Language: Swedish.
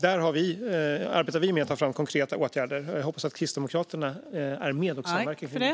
Där arbetar vi med att ta fram konkreta åtgärder. Jag hoppas att Kristdemokraterna är med och samverkar för det.